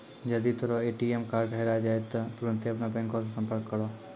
जदि तोरो ATM card हेराय जाय त तुरन्ते अपनो बैंको से संपर्क करो